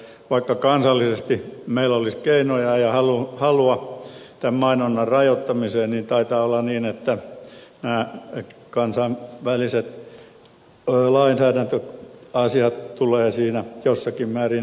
vaikka kansallisesti meillä olisi keinoja ja halua tämän mainonnan rajoittamiseen niin taitaa olla niin että jää nyt kansan väliset on nämä kansainväliset lainsäädäntöasiat tulevat siinä jossakin määrin esteeksi